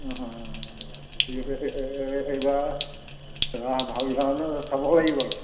অঁ অঁ গতিকতে এইবাৰ ভাল ভাল ধৰণে চাব লাগিব আৰু